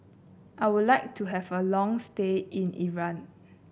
I would like to have a long stay in Iran